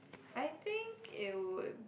I think it would